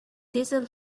caesar